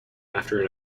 after